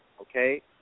Okay